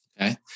Okay